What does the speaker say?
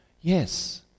Yes